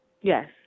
Yes